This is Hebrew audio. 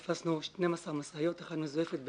תפסנו 12 משאיות אחת מזויפת,